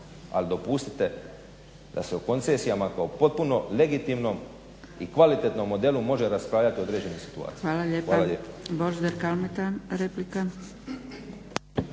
Ali dopustite da se o koncesijama kao potpuno legitimnom i kvalitetnom modelu može raspravljati u određenim situacijama. Hvala lijepo.